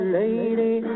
lady